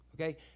okay